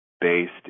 based